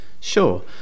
Sure